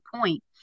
point